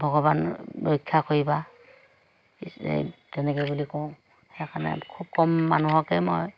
ভগৱান ৰক্ষা কৰিবা তেনেকে বুলি কওঁ সেইকাৰণে খুব কম মানুহকে মই